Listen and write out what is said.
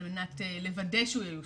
על מנת לוודא שהוא ייושם.